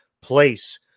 place